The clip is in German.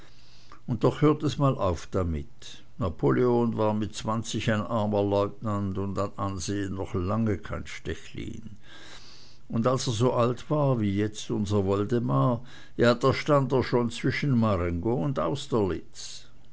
und doch hört es mal auf damit napoleon war mit zwanzig ein armer leutnant und an ansehn noch lange kein stechlin und als er so alt war wie jetzt unser woldemar ja da stand er schon zwischen marengo und